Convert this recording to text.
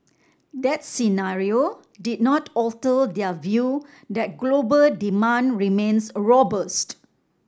that scenario did not alter their view that global demand remains robust